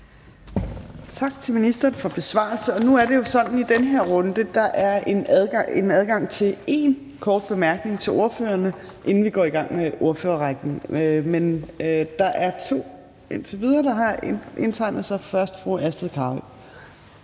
Tak til ministeren for besvarelsen. Nu er det jo sådan, at der i den her runde er adgang til én kort bemærkning til ordførerne, inden vi går i gang med ordførerrækken. Der er indtil videre to, der har indtegnet sig. Først er det fru Astrid Carøe.